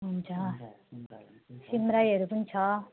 हुन्छ सिमरायोहरू पनि छ